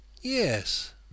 Yes